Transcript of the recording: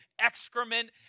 excrement